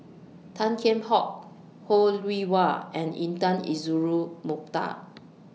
Tan Kheam Hock Ho Rih Hwa and Intan Azura Mokhtar